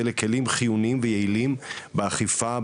אלה כלים חיוניים ויעילים באכיפה,